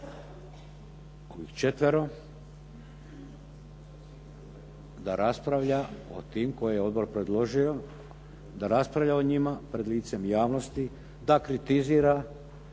njih četvero, da raspravlja o tim koje je odbor predložio, da raspravlja o njima pred licem javnosti, da kritizira